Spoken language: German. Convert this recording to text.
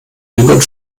jüngern